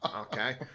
Okay